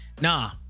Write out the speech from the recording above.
nah